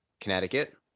Connecticut